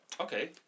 okay